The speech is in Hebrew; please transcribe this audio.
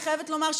אני חייבת לומר,